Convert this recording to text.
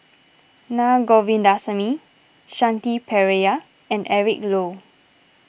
Na Govindasamy Shanti Pereira and Eric Low